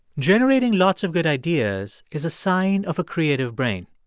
generating lots of good ideas is a sign of a creative brain.